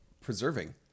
preserving